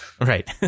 right